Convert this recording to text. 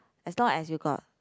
as long as you got